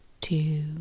two